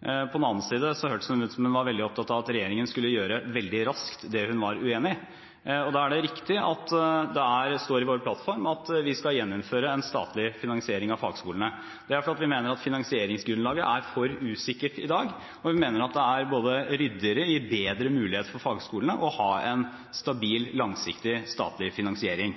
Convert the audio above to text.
På den annen side hørtes det ut som hun var veldig opptatt av at regjeringen veldig raskt skulle gjøre det hun var uenig i. Det er riktig at det står i vår plattform at vi skal gjeninnføre en statlig finansiering av fagskolene. Det er fordi vi mener at finansieringsgrunnlaget er for usikkert i dag, og vi mener at det både er ryddigere og gir bedre mulighet for fagskolene å ha en stabil, langsiktig, statlig finansiering.